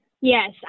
Yes